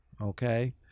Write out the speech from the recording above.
okay